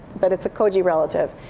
but it's a koji relative.